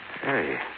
Hey